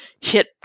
hit